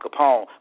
Capone